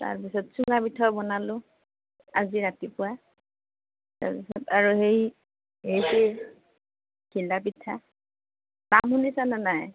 তাৰপিছত চুঙা পিঠাও বনালোঁ আজি ৰাতিপুৱাই তাৰপিছত আৰু সেই এই কি ঘিলা পিঠা নাম শুনিছানে নাই